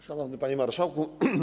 Szanowny Panie Marszałku!